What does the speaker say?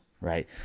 right